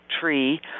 tree